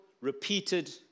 repeated